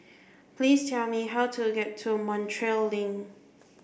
please tell me how to get to Montreal Link